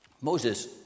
Moses